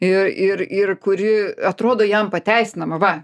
ir ir ir kuri atrodo jam pateisinama va